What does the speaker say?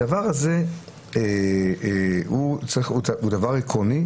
הדבר הזה הוא דבר עקרוני,